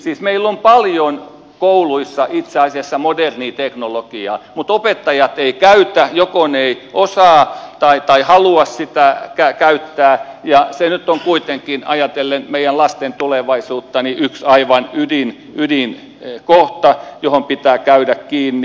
siis meillä on paljon kouluissa itse asiassa modernia teknologiaa mutta opettajat eivät sitä käytä joko he eivät osaa tai halua sitä käyttää ja se nyt on kuitenkin ajatellen meidän lastemme tulevaisuutta yksi aivan ydinkohta johon pitää käydä kiinni